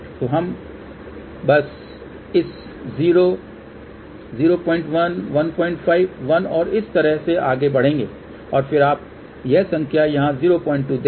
तो हम बस इस 0 01 15 1 और इसी तरह से आगे बढ़ेंगे और फिर आप यह संख्या यहाँ 02 देखें